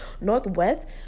Northwest